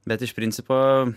bet iš principo